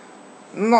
not